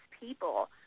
people